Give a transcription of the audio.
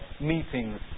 meetings